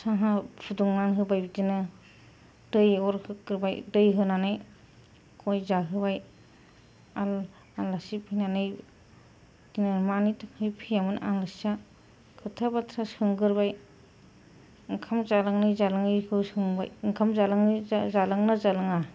साहा फुदुंना होबाय बिदिनो दै अर होग्रोबाय दै होनानै गय जाहोबाय आरो आलासि फैनानै बिदिनो मानो फैयामोन आलासिआ खोथा बाथ्रा सोनग्रोबाय ओंखाम जालांनाय जालांयिखौ सोंबाय ओंखाम जालांगोना जालाङा